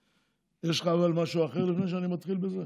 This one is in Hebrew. יש לך משהו אחר, לפני שאני מתחיל בזה?